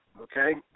Okay